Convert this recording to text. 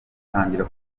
atangira